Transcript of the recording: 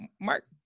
Mark